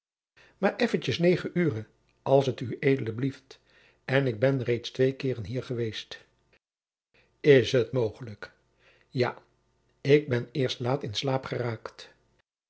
maar effentjes negen ure als t ued blieft en ik ben reeds twee keeren hier geweest is t mogelijk ja ik ben eerst laat in slaap geraakt